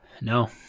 No